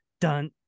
dun